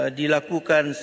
dilakukan